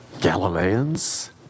Galileans